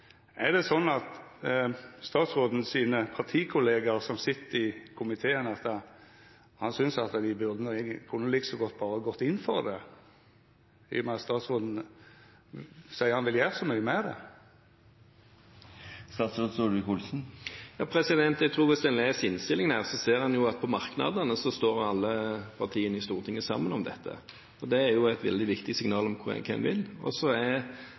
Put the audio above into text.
Er det sånn at statsråden synest at hans partikollegaer som sit i komiteen, like så godt berre kunne gått inn for det, i og med at statsråden seier han vil gjera så mykje med det? Jeg tror at hvis man leser innstillingen her, ser man på merknadene at alle partiene i Stortinget står sammen om dette. Det er jo et veldig viktig signal om hva man vil.